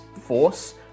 force